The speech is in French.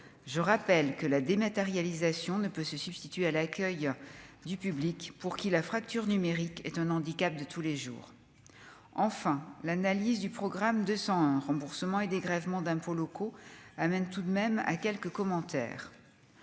je rappelle que la dématérialisation ne peut se substituer à l'accueil du public, pour qui la fracture numérique est un handicap de tous les jours, enfin l'analyse du programme 200 remboursements et dégrèvements d'impôts locaux amène tout de même à quelques commentaires